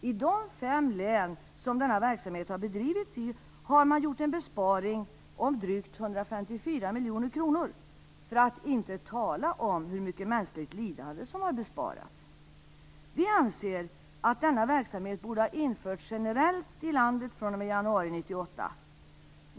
I de fem län som denna verksamhet har bedrivits i har man gjort en besparing om drygt 154 miljoner kronor - för att inte tala om hur mycket mänskligt lidande som har besparats! Vi anser att denna verksamhet borde ha införts generellt i landet fr.o.m. januari 1998.